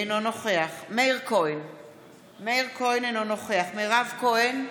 אינו נוכח מאיר כהן, אינו נוכח מירב כהן,